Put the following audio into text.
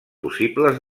possibles